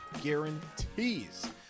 guarantees